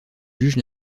juges